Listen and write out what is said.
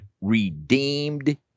redeemed